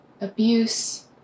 abuse